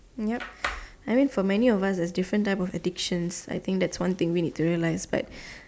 yup I mean for many of us there's different type of addictions I think that's one thing we need to realise like